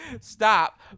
Stop